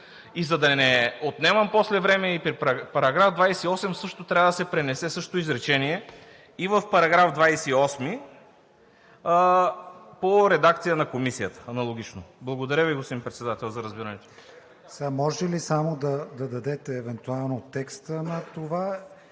И за да не отнемам после време и при § 28, трябва да се пренесе същото изречение и в § 28 по редакция на Комисията – аналогично. Благодаря Ви, господин Председател, за разбирането.